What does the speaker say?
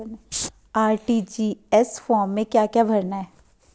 RTGS form में क्या क्या भरना है?